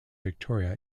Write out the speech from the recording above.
victoria